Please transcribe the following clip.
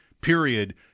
period